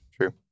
true